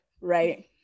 right